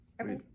Okay